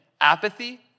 apathy